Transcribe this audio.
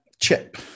chip